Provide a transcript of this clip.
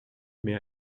mehr